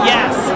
Yes